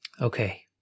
Okay